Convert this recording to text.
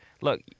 look